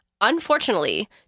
Unfortunately